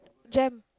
Jem